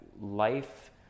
life